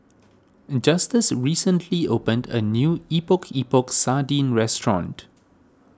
Justus recently opened a new Epok Epok Sardin restaurant